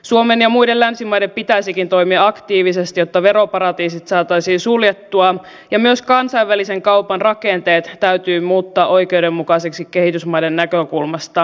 suomen ja muiden länsimaiden pitäisikin toimia aktiivisesti jotta veroparatiisit saataisiin suljettua ja myös kansainvälisen kaupan rakenteet täytyy muuttaa oikeudenmukaisiksi kehitysmaiden näkökulmasta